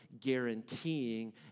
guaranteeing